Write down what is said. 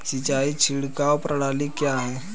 सिंचाई छिड़काव प्रणाली क्या है?